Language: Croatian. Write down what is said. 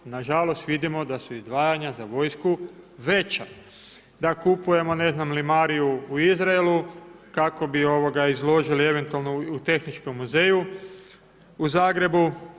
Nažalost vidimo da su izdvajanja za vojsku veća, da kupujemo ne znam, limariju u Izraelu kako bi izložili eventualno u Tehničkom muzeju u Zagrebu.